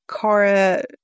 Kara